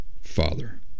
father